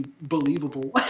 believable